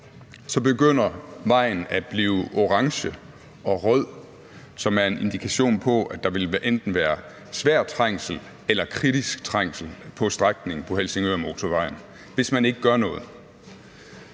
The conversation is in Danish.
begynder vejen at blive orange og rød, hvilket er en indikation på, at der enten vil være svær trængsel eller kritisk trængsel på strækningen på Helsingørmotorvejen, hvis man ikke gør noget.